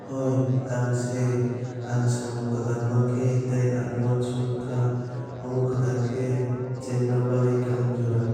Hoi ang se ang samung kwtal mankha tei ang uansuk kha omo kwtal khe chengna bagwi kaham jora.